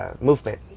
movement